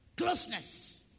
closeness